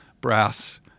brass